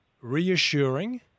reassuring